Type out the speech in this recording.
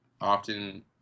often